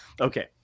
Okay